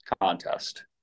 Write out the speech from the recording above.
contest